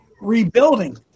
rebuilding